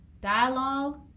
dialogue